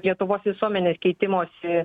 lietuvos visuomenės keitimosi